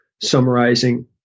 summarizing